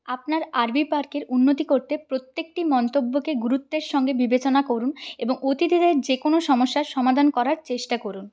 আপনার আরভি পার্কের উন্নতি করতে প্রত্যেকটি মন্তব্যকে গুরুত্বের সঙ্গে বিবেচনা করুন এবং অতিথিদের যে কোনো সমস্যার সমাধান করার চেষ্টা করুন